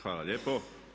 Hvala lijepo.